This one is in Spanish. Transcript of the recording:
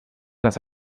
las